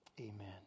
Amen